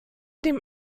dem